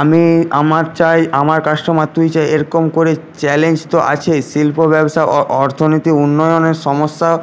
আমি আমার চাই আমার কাস্টমার তুই চাই এইরকম করে চ্যালেঞ্জ তো আছেই শিল্প ব্যবসা অ অর্থনৈতিক উন্নয়নের সমস্যার